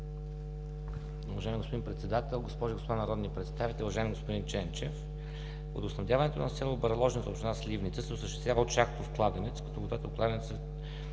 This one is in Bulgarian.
Уважаеми господин Председател, госпожи и господа народни представители, уважаеми господин Ченчев! Водоснабдяването на село Бърложница, община Сливница, се осъществява от шахтов кладенец, като водата от кладенеца чрез